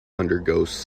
undergoes